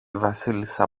βασίλισσα